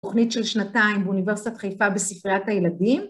תוכנית של שנתיים באוניברסיטת חיפה בספריית הילדים.